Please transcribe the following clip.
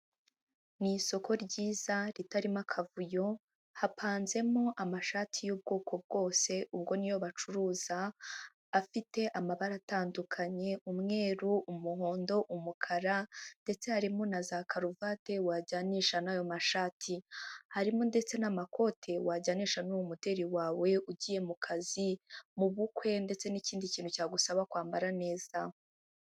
Ni isoko ryiza ritarimo akavuyo, hapanzemo amashati y'ubwoko bwose, ubwo niyo bacuruza, afite amabara atandukanye umweru, umuhondo, umukara ndetse harimo na za karuvati wajyanisha n'ayo mashati, harimo ndetse n'amakote wajyanisha n'uwo muderi wawe ugiye mu kazi, mu bukwe ndetse n'ikindi kintu cyagusaba kwambara neza.